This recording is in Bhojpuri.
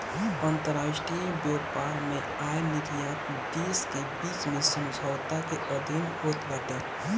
अंतरराष्ट्रीय व्यापार में आयत निर्यात देस के बीच में समझौता के अधीन होत बाटे